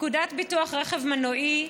פקודת ביטוח רכב מנועי,